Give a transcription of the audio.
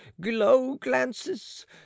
glow-glances